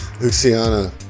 Luciana